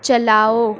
چلاؤ